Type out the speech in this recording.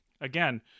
again